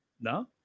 No